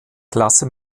klasse